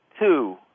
Two